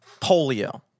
polio